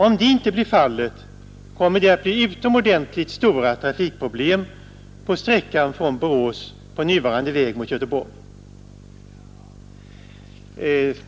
Om detta inte blir fallet kommer det att uppstå utomordentligt stora trafikproblem på sträckan från Borås på nuvarande väg mot Göteborg.